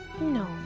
No